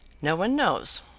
no one knows.